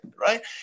right